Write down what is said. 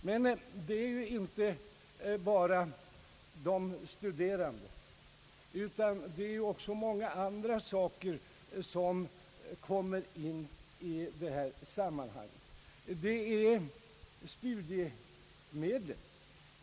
Men det är ju inte bara de studerande, utan det är många andra saker som kommer in i detta sammanhang. Det är exempelvis studiemedlen.